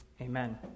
Amen